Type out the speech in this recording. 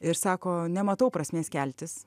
ir sako nematau prasmės keltis